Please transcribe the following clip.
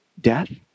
death